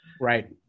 Right